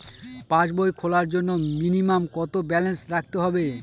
পাসবই খোলার জন্য মিনিমাম কত ব্যালেন্স রাখতে হবে?